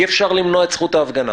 אי אפשר למנוע את זכות ההפגנה.